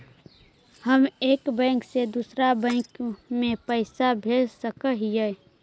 हम एक बैंक से दुसर बैंक में पैसा भेज सक हिय?